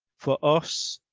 for us,